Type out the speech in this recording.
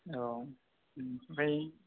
औ ओमफ्राय